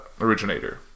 originator